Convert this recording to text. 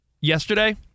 yesterday